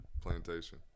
plantation